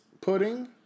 pudding